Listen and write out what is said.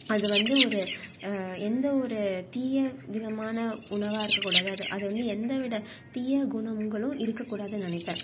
அது வந்து ஒரு எந்த ஒரு தீய விதமான உணவாக இருக்கக்கூடாது அது அது வந்து எந்த வித தீய குணங்களும் இருக்கக்கூடாதுன்னு நினைப்பேன்